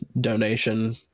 donation